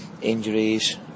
injuries